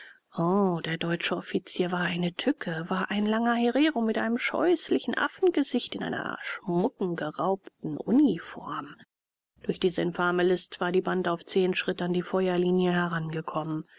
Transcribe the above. der deutsche offizier war eine tücke war ein langer herero mit einem scheußlichen affengesicht in einer schmucken geraubten uniform durch diese infame list war die bande auf zehn schritt an die feuerlinie herangekommen